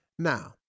Now